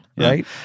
right